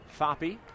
Foppy